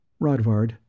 Rodvard